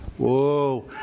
Whoa